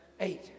eight